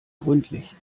gründlich